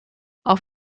auf